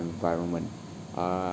environment ah